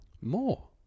More